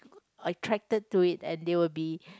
attracted to it and they will be